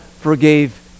forgave